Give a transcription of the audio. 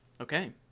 Okay